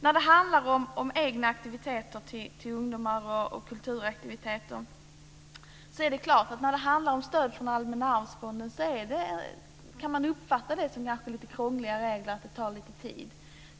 När det handlar om stöd från Allmänna arvsfonden till egna aktiviteter och kulturaktiviteter för ungdomar kan man kanske uppfatta att det är lite krångliga regler och att det tar lite tid.